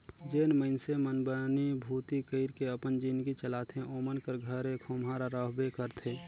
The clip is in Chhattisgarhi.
जेन मइनसे मन बनी भूती कइर के अपन जिनगी चलाथे ओमन कर घरे खोम्हरा रहबे करथे